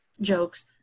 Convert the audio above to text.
jokes